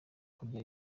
kurya